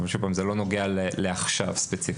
אבל שוב, זה לא נוגע לעכשיו ספציפית.